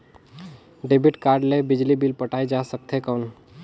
Debit card ले बिजली bill पटाय जा सकथे कौन?